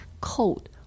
cold